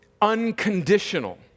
unconditional